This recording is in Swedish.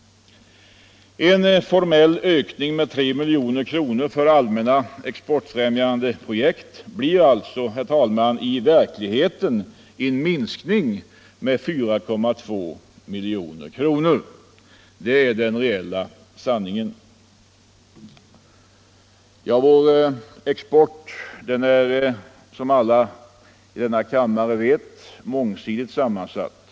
En formell ökning med 3 000 000 kr. för allmänna exportfrämjande projekt blir alltså, herr talman, i verkligheten en minskning med 4,2 milj.kr. Det är den reella effekten. Vår export är, som alla i denna kammare vet, mångsidigt sammansatt.